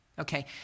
Okay